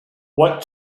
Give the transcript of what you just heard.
what